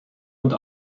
und